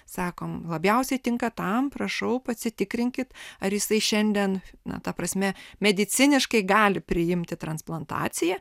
sakom labiausiai tinka tam prašau pasitikrinkit ar jisai šiandien na ta prasme mediciniškai gali priimti transplantaciją